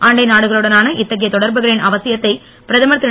அண்டை நாடுகளுடனான இத்தகைய தொடர்புகளின் அவசியத்தை பிரதமர் திரு